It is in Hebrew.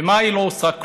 במה היא לא עושה כלום?